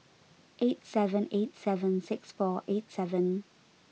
eight seven eight seven six four eight seven